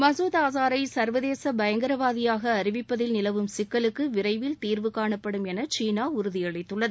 மசூத் அசாரை சள்வதேச பயங்கரவாதியாக அறிவிப்பதில் நிலவும் சிக்கலுக்கு விரைவில் தீர்வு காணப்படும் என சீனா உறுதியளித்துள்ளது